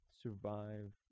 Survive